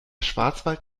schwarzwald